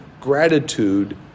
gratitude